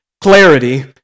clarity